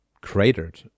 cratered